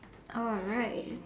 alright